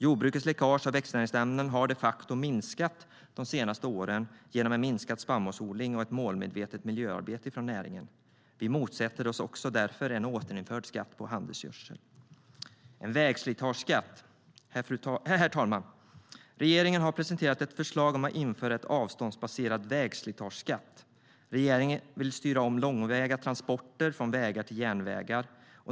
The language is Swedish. Jordbrukets läckage av växtnäringsämnen har de facto minskat de senaste åren genom en minskad spannmålsodling och ett målmedvetet miljöarbete från näringen. Vi sverigedemokrater motsätter oss därför en återinförd skatt på handelsgödsel. Herr talman! Regeringen har presenterat ett förslag om att införa en avståndsbaserad vägslitageskatt. Regeringen vill styra om långväga godstransporter från vägar till järnvägar.